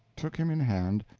took him in hand,